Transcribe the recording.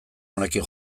honekin